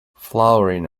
flowering